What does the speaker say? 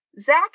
Zach